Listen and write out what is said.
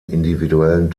individuellen